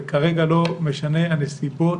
וכרגע לא משנות הנסיבות.